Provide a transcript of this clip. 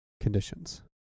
conditions